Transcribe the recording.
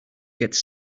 gets